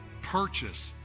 purchase